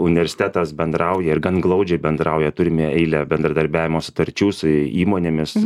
universitetas bendrauja ir gan glaudžiai bendrauja turime eilę bendradarbiavimo sutarčių su įmonėmis